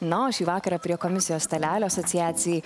na o šį vakarą prie komisijos stalelio asociacijai